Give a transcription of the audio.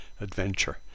adventure